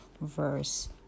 verse